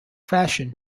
fashion